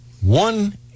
One